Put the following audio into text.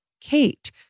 Kate